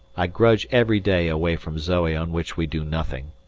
i grudge every day away from zoe on which we do nothing.